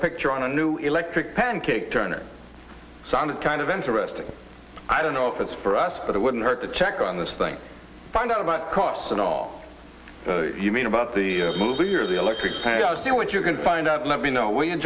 picture on a new electric pancake turner sounded kind of interesting i don't know if it's for us but it wouldn't hurt to check on this thing find out about costs and all you mean about the movie or the electric cars do what you can find out let me know w